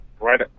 Right